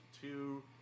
two